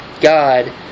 God